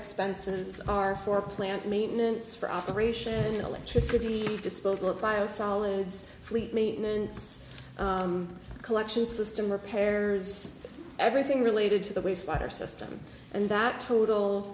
expenses are for plant maintenance for operation electricity disposal of biosolids fleet maintenance collection system repairs everything related to the waste water system and that